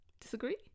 disagree